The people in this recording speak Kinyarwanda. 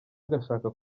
agashaka